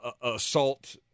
assault